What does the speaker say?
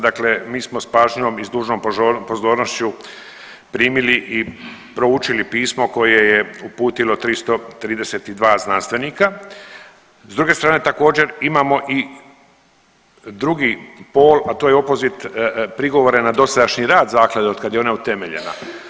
Dakle, mi smo s pažnjom i s dužnom pozornošću primili i proučili pismo koje je uputilo 332 znanstvenika, s druge strane također imamo i drugi pol, a to je opozit, prigovore na dosadašnji rad zaklade od kad je ona utemeljena.